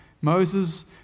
Moses